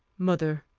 mother,